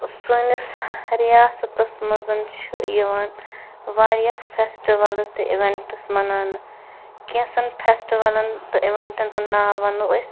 سٲنِس رِیاسَتس منٛز چھٕ یِوان وارِیاہ فٮ۪سٹوَلٕز تہٕ اِونٹٕس مَناونہٕ کینٛژھن فٮ۪سٹٕوَلن تہٕ اِونٹن ہُنٛد ناو وَنو أسۍ